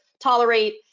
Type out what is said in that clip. tolerate